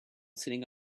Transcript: sitting